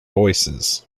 voices